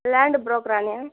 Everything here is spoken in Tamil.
லேண்டு புரோக்கராங்க